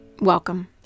Welcome